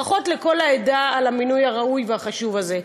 ברכות לכל העדה על המינוי הראוי והחשוב הזה.